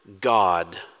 God